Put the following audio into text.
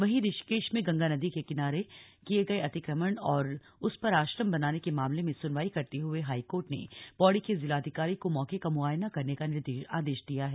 वहीं ऋषिकेश में गंगा नदी के किनारे पर किये गए अतिक्रमण और उस पर आश्रम बनाने के मामले में सुनवाई करते हुए हाईकोर्ट ने पौड़ी के जिलाधिकारी को मौके का मुआयना करने का आदेश दिया है